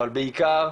אבל בעיקר,